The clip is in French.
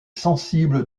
sensible